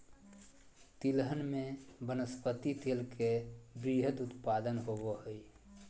तिलहन में वनस्पति तेल के वृहत उत्पादन होबो हइ